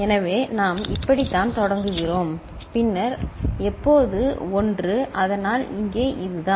எனவே நாம் இப்படித்தான் தொடங்குகிறோம் பின்னர் எப்போது ஒன்று அதனால் இங்கே இதுதான்